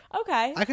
Okay